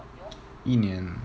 一年